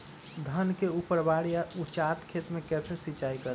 धान के ऊपरवार या उचास खेत मे कैसे सिंचाई करें?